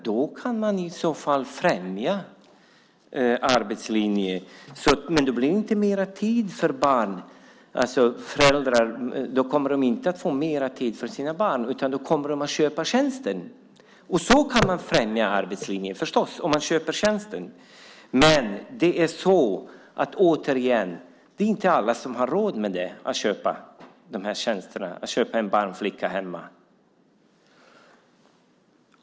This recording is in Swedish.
Då kan man främja arbetslinjen, men det blir inte mer tid för barnen. Föräldrar kommer inte att få mer tid för sina barn, utan då kommer de att köpa tjänsten. Så kan man förstås främja arbetslinjen, om man köper tjänsten. Men, återigen, det är inte alla som har råd att köpa de här tjänsterna, att ha en barnflicka hemma.